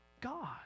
God